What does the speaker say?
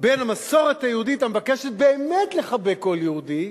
בין המסורת היהודית, המבקשת באמת לחבק כל יהודי,